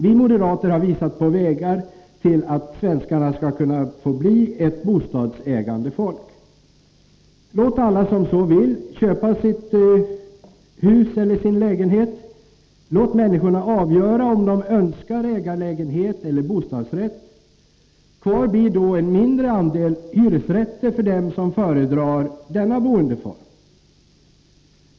Vi moderater har visat på vägar till att svenskarna skall kunna bli ett bostadsägande folk. Låt alla som så vill köpa sitt hus eller sin lägenhet. Låt människorna avgöra om de önskar ägarlägenhet eller bostadsrätt. Kvar blir då en mindre andel hyresrätter för dem som föredrar denna boendeform.